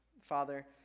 Father